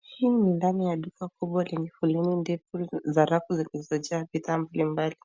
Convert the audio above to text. Hii ni ndani ya duka kubwa lenye foleni ndefu za rafu zilizojaa bidhaa mbalimbali.